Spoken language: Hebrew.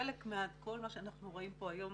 חלק מכל מה שאנחנו רואים פה היום